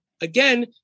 again